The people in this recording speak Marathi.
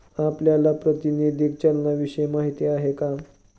आपल्याला प्रातिनिधिक चलनाविषयी माहिती आहे का?